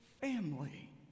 family